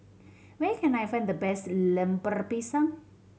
where can I find the best Lemper Pisang